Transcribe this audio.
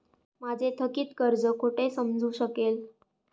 माझे थकीत कर्ज कुठे समजू शकेल?